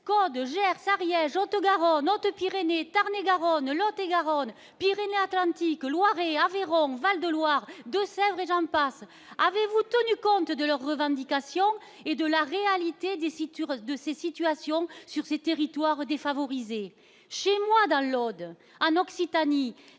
a de Gers Ariège ont Haute-Garonne, Hautes-Pyrénées Tarn-et-Garonne le Lot-et-Garonne Pyrénées-Atlantiques Loiret environ Val-de-Loire, Deux-Sèvres et j'en passe, avez-vous autour du compte de leurs revendications et de la réalité du site de ces situations sur ces territoires défavorisés chez moi, dans l'Aude, en Occitanie,